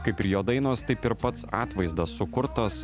kaip ir jo dainos taip ir pats atvaizdas sukurtas